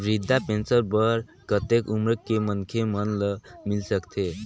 वृद्धा पेंशन बर कतेक उम्र के मनखे मन ल मिल सकथे?